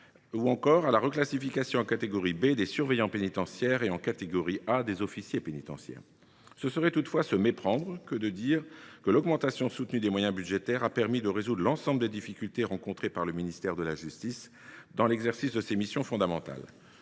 ou encore à la reclassification en catégorie B des surveillants pénitentiaires et en catégorie A des officiers pénitentiaires. Ce serait toutefois se méprendre que de considérer que l’augmentation soutenue des moyens budgétaires a résolu l’ensemble des difficultés rencontrées par le ministère de la justice dans l’exercice de ses missions fondamentales.